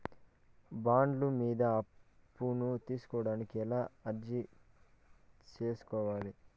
బండ్ల మీద అప్పును తీసుకోడానికి ఎలా అర్జీ సేసుకోవాలి?